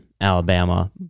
Alabama